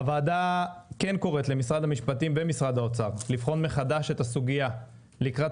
הוועדה כן קוראת למשרד המשפטים ומשרד האוצר לבחון מחדש את הסוגיה לקראת